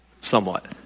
Somewhat